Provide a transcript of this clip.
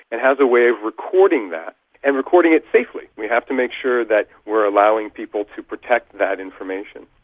and has a way of recording that and recording it safely. we have to make sure that we're allowing people to protect that information.